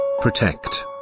Protect